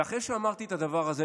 ואחרי שאמרתי את הדבר הזה,